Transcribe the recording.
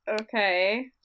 Okay